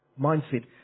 mindset